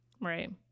Right